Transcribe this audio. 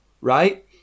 right